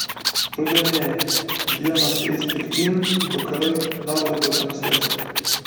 rudenėja dienos eis pilkyn vakarai dar labiau tamsės